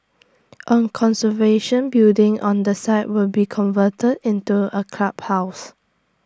A conservation building on the site will be converted into A clubhouse